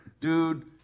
dude